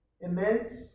immense